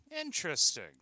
Interesting